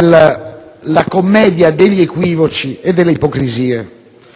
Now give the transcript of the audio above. la commedia degli equivoci e delle ipocrisie